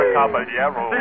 Caballero